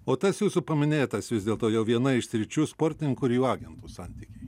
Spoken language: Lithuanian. o tas jūsų paminėtas vis dėlto jau viena iš sričių sportininkų ir jų agentų santykiai